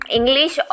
English